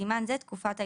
(בסימן זה תקופת ההתחייבות).